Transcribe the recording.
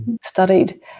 studied